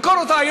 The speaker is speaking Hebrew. ימכור אותה.